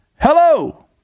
Hello